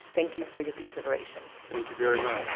thank you for your consideration. thank you very much.